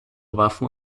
waffen